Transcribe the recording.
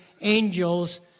angels